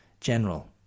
General